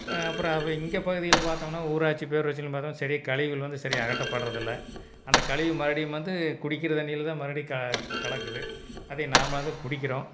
அப்புறம் இங்கே பகுதிகளில் பார்த்தோம்னா ஊராட்சி பேரூராட்சி பார்த்தோம்னா சரியாக கழிவுகள் வந்து சரியாக அகற்றப்படுறது இல்லை அந்த கழிவு மறுபடியும் வந்து குடிக்குற தண்ணியில்தான் மறுபடியும் க கலக்குது அதை நாமளாக தான் குடிக்கிறோம்